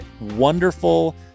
wonderful